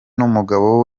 n’umugabo